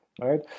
Right